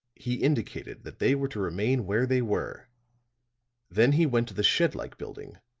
he indicated that they were to remain where they were then he went to the shed-like building,